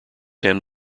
ten